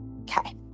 Okay